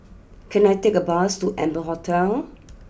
can I take a bus to Amber Hotel